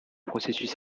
processus